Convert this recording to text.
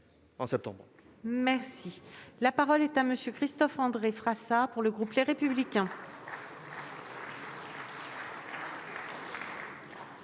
La parole est à M. Christophe-André Frassa, pour le groupe Les Républicains.